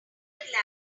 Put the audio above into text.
language